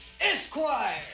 Esquire